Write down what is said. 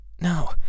No